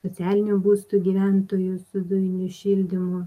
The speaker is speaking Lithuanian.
socialinių būstų gyventojus su dujiniu šildymu